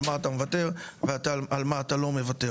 על מה אתה מוותר ועל מה אתה לא מוותר.